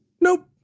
Nope